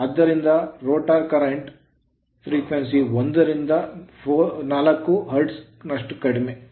ಆದ್ದರಿಂದ rotor current ಪ್ರವಾಹದ ಆವರ್ತನವು 1 ರಿಂದ 4 ಹರ್ಟ್ಜ್ ನಷ್ಟು ಕಡಿಮೆ